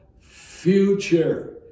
future